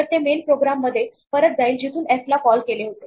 तर ते main program मध्ये परत जाईल जिथून एफ ला कॉल केले होते